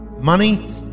Money